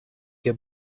your